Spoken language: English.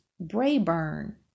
Brayburn